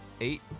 Eight